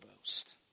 boast